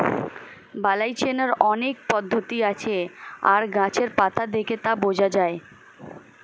বালাই চেনার অনেক পদ্ধতি আছে আর গাছের পাতা দেখে তা বোঝা যায়